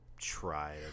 try